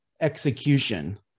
execution